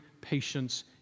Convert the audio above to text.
patience